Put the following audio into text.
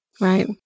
Right